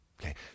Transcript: Okay